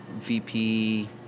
VP